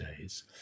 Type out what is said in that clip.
days